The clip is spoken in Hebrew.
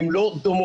הן לא דומות.